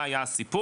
מה היה הסיפור.